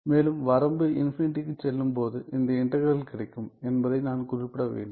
மேலும் வரம்பு இன்பினிடிக்கு செல்லும் போது இந்த இன்டகிறல் கிடைக்கும் என்பதை நான் குறிப்பிட வேண்டும்